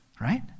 Right